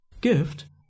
Gift